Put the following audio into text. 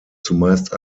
zumeist